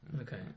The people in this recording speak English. Okay